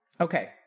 Okay